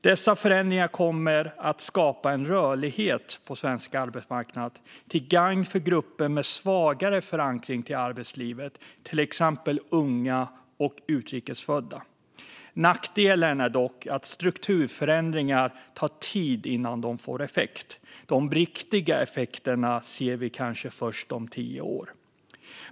Dessa förändringar kommer att skapa rörlighet på svensk arbetsmarknad till gagn för grupper med svagare förankring i arbetslivet, till exempel unga och utrikesfödda. Nackdelen är att det tar tid innan strukturförändringar får effekt. De riktiga effekterna ser vi kanske först om tio år.